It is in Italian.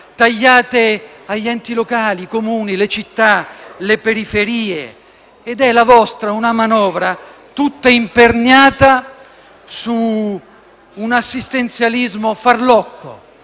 risorse agli enti locali, ai Comuni, alle città, alle periferie. La vostra è una manovra tutta imperniata su un assistenzialismo farlocco,